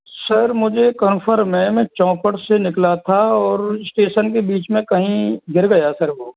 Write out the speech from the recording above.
sir मुझे confirm है मैं चोपड से निकला था और स्टेशन के बीच में कहीं गिर गया सर वो